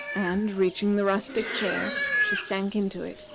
and reaching the rustic chair, she sank into it,